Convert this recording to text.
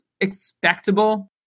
expectable